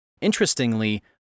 Interestingly